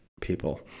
people